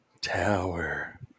Tower